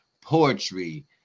poetry